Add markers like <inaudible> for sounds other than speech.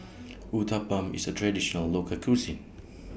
<noise> Uthapam IS A Traditional Local Cuisine